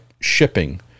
shipping